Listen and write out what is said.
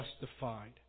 justified